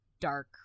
dark